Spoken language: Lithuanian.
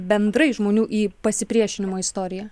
bendrai žmonių į pasipriešinimo istoriją